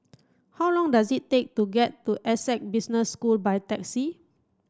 how long does it take to get to Essec Business School by taxi